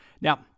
Now